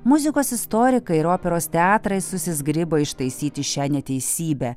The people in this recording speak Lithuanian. muzikos istorikai ir operos teatrai susizgribo ištaisyti šią neteisybę